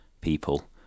people